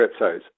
cryptos